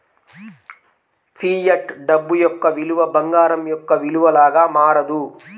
fiat డబ్బు యొక్క విలువ బంగారం యొక్క విలువ లాగా మారదు